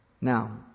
Now